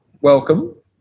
Welcome